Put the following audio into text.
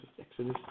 Exodus